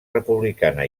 republicana